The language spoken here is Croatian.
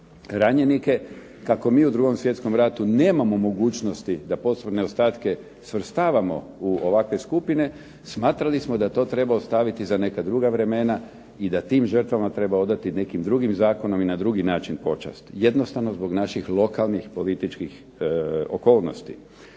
ranjenike, kako mi u 2. svjetskom ratu nemamo mogućnosti da posthumne ostatke svrstavamo u ovakve skupine, smatrali smo da to treba ostaviti za neka druga vremena, i da tim žrtvama treba odati nekim drugim zakonom i na drugi način počast. Jednostavno zbog naših lokalnih političkih okolnosti.